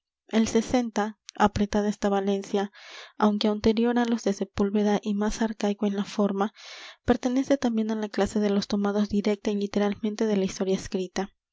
el sesenta apretada está valencia aunque anterior á los de sepúlveda y más arcáico en la forma pertenece también á la clase de los tomados directa y literalmente de la historia escrita